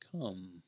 come